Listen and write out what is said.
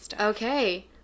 okay